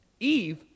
Eve